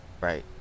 right